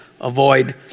avoid